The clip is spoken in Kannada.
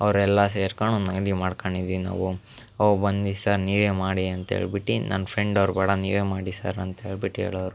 ಅವರೆಲ್ಲಾ ಸೇರ್ಕಂಡ್ ಒಂದು ಅಂಗಡಿ ಮಾಡ್ಕಂಡಿದೀವ್ ನಾವು ಅವ್ರು ಒಂದು ದಿವಸ ನೀವೇ ಮಾಡಿ ಅಂತ ಹೇಳ್ಬಿಟ್ಟು ನನ್ನ ಫ್ರೆಂಡ್ ಅವ್ರು ಬೇಡ ನೀವೇ ಮಾಡಿ ಸರ್ ಅಂತ ಹೇಳ್ಬಿಟ್ಟು ಹೇಳೋವ್ರು